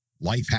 life